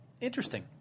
interesting